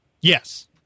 Yes